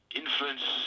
influence